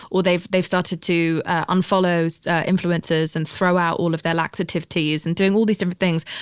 or they've, they've started to unfollowed influences and throw out all of their laxative teas and doing all these different things.